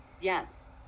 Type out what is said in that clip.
Yes